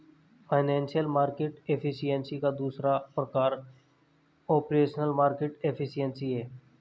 financial market efficiency का दूसरा प्रकार ऑपरेशनल मार्केट एफिशिएंसी है